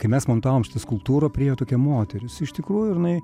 kai mes montavom šitą skulptūrą priėjo tokia moteris iš tikrųjų jinai